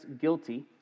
guilty